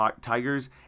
Tigers